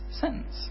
sentence